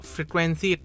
Frequency